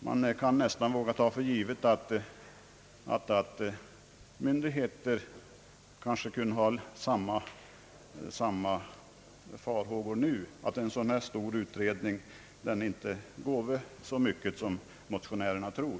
Man kan nästan våga ta för givet alt myndigheter kunde hysa samma farhågor nu om att en sådan stor utredning inte skulle ge så mycket som motionärerna tror.